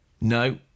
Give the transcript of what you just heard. No